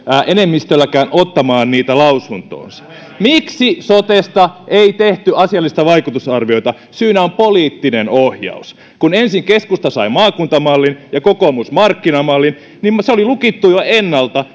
enemmistölläkään ottamaan niitä lausuntoonsa miksi sotesta ei tehty asiallista vaikutusarviota syynä on poliittinen ohjaus kun ensin keskusta sai maakuntamallin ja kokoomus markkinamallin niin se oli lukittu jo ennalta